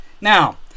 Now